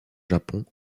japon